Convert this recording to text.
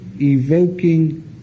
evoking